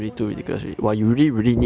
who want to study for nine years sia